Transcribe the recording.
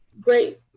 great